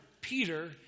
Peter